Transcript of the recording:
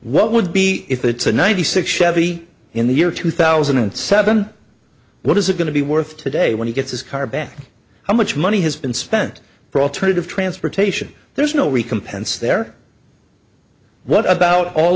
what would be if it's a ninety six chevy in the year two thousand and seven what is it going to be worth today when he gets his car back how much money has been spent for alternative transportation there's no recompense there what about all